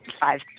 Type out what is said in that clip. five